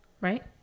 right